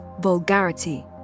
vulgarity